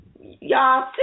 Y'all